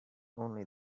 only